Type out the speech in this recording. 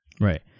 Right